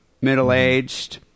middle-aged